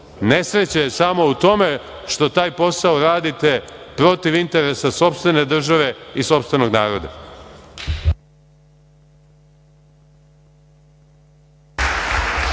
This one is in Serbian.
Nesreća je samo u tome što taj posao radite protiv interesa sopstvene države i sopstvenog naroda.